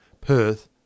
Perth